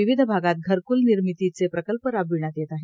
विविध भागात घरकुल निर्मितीचं प्रकल्प राबविण्यात येत आहे